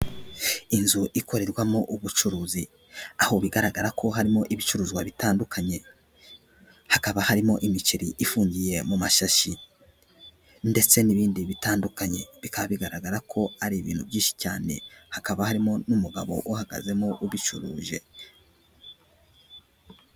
Inzu ikorerwamo ubucuruzi aho bigaragara ko harimo ibicuruzwa bitandukanye hakaba harimo imiceri ifungiye mu mashyashyi ndetse n'ibindi bitandukanye bikaba bigaragara ko ari ibintu byinshi cyane hakaba harimo n'umugabo uhagazemo ubicuruje.